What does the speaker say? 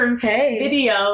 video